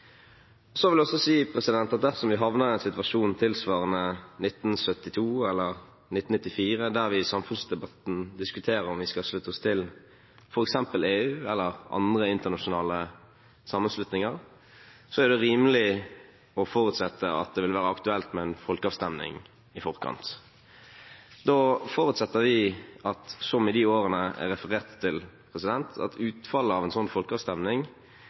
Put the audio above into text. Så vil jeg også si at dersom vi havner i en situasjon tilsvarende 1972 eller 1994, der vi i samfunnsdebatten diskuterer om vi skal slutte oss til f.eks. EU eller andre internasjonale sammenslutninger, er det rimelig å forutsette at det vil være aktuelt med en folkeavstemning i forkant. Da forutsetter vi at som i de årene jeg refererte til, vil utfallet av en slik folkeavstemning